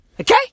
Okay